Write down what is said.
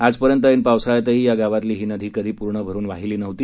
आजपर्यंत ऐन पावसाळ्यातही या गावातली ही नदी कधी पूर्ण भरून वाहीली नव्हती